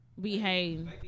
behave